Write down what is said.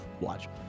Watch